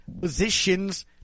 positions